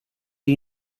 you